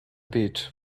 beach